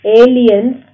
aliens